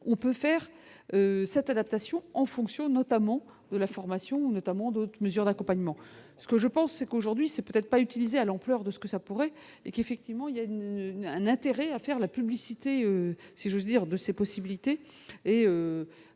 peut faire cette adaptation, en fonction notamment de la formation notamment d'autres mesures d'accompagnement, ce que je pense c'est qu'aujourd'hui c'est peut-être pas utilisé à l'ampleur de ce que ça pourrait et qu'effectivement il y a un intérêt à faire de la publicité, si j'ose dire, de ses possibilités et